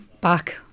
back